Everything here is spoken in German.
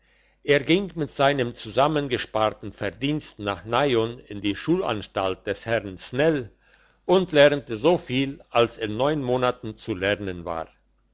er ging mit seinem zusammengesparten verdienst nach nyon in die schulanstalt des herrn snell und lernte so viel als in neun monaten zu lernen war